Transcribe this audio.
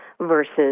versus